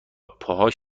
پاهاش